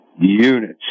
units